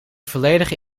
volledige